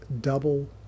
double